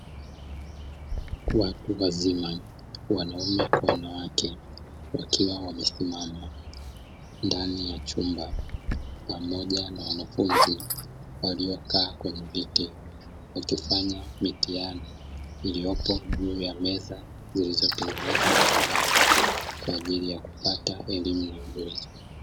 Watu wazima wanaume kwa wanawake, wakiwa wamesimama ndani ya chumba pamoja na wanafunzi waliyokaa kwenye viti, wakifanya mitihani iliyopo juu ya meza zilizotengenezwa kwa mbao kwa ajili ya kupata elimu na ujuzi.